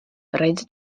redzi